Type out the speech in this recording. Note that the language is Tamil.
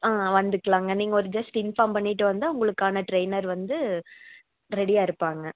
ஆ வந்துக்கலாங்க நீங்கள் ஒரு ஜஸ்ட் இன்ஃபார்ம் பண்ணிவிட்டு வந்தால் உங்களுக்கான ட்ரெயினர் வந்து ரெடியாக இருப்பாங்க